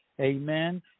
Amen